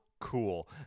cool